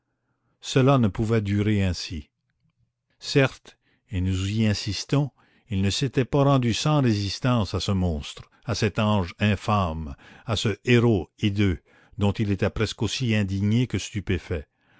cela ne pouvait durer ainsi certes et nous y insistons il ne s'était pas rendu sans résistance à ce monstre à cet ange infâme à ce héros hideux dont il était presque aussi indigné que stupéfait